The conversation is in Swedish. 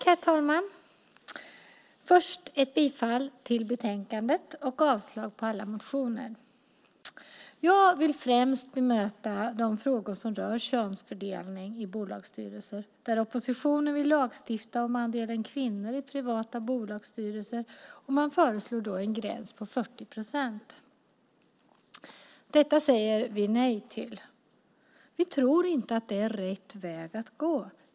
Herr talman! Först yrkar jag bifall till utskottets förslag i betänkandet och avslag på alla motioner. Jag vill främst bemöta de frågor som rör könsfördelning i bolagsstyrelser där oppositionen vill lagstifta om antalet kvinnor i bolagsstyrelser och föreslår en gräns på 40 procent. Detta säger vi nej till. Vi tror inte att det är rätt väg att gå.